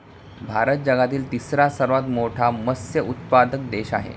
भारत जगातील तिसरा सर्वात मोठा मत्स्य उत्पादक देश आहे